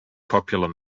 popular